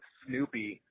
snoopy